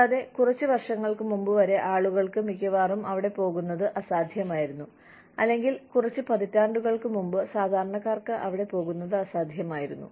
കൂടാതെ കുറച്ച് വർഷങ്ങൾക്ക് മുമ്പ് വരെ ആളുകൾക്ക് മിക്കവാറും അവിടെ പോകുന്നത് അസാധ്യമായിരുന്നു അല്ലെങ്കിൽ കുറച്ച് പതിറ്റാണ്ടുകൾക്ക് മുമ്പ് സാധാരണക്കാർക്ക് അവിടെ പോകുന്നത് അസാധ്യമായിരുന്നു